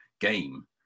game